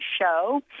show